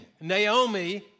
Naomi